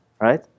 right